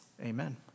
Amen